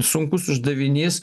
sunkus uždavinys